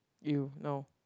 you no